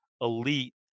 elite